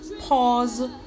pause